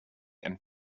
and